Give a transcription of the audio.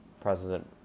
President